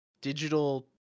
digital